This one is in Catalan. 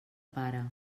pare